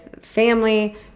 family